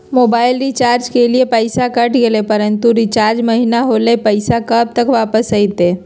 Mobile recharge के लिए पैसा कट गेलैय परंतु रिचार्ज महिना होलैय, पैसा कब तक वापस आयते?